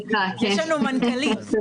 יש לנו מנכ"לית.